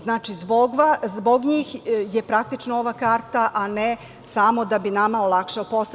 Znači, zbog njih je praktično ova karta, a ne samo da bi nama olakšala posao.